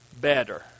better